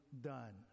done